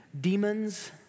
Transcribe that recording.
demons